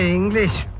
English